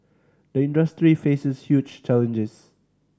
the industry faces huge challenges